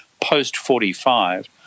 post-45